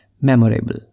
Memorable